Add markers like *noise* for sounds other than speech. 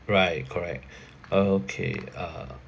right correct *breath* okay uh